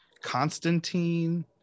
Constantine